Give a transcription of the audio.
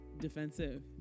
defensive